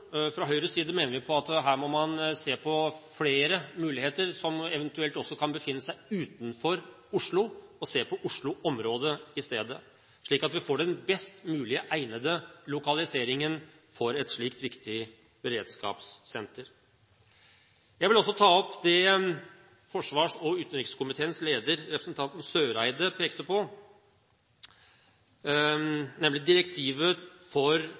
Fra Høyres side mener vi at her må man se på flere muligheter – som eventuelt også kan befinne seg utenfor Oslo – og se på Oslo-området i stedet, slik at vi får den best mulig egnede lokaliseringen for et slikt viktig beredskapssenter. Jeg vil også ta opp det utenriks- og forsvarskomiteens leder, representanten Eriksen Søreide, pekte på, nemlig direktiver for